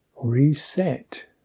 reset